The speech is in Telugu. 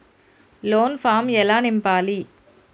లోన్ ఫామ్ ఎలా నింపాలి?